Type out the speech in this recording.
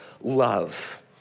love